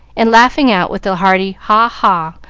and laughing out with a hearty haw, haw,